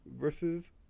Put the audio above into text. versus